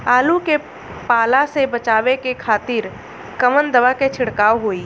आलू के पाला से बचावे के खातिर कवन दवा के छिड़काव होई?